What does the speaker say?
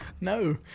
No